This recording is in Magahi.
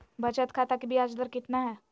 बचत खाता के बियाज दर कितना है?